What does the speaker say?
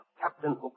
Captain